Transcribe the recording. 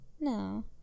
No